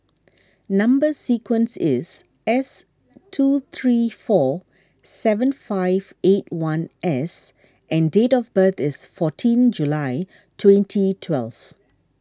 Number Sequence is S two three four seven five eight one S and date of birth is fourteen July twenty twelve